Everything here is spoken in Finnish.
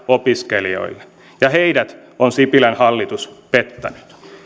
opiskelijoille ja heidät on sipilän hallitus pettänyt